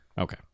okay